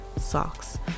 socks